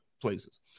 places